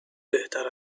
بهتر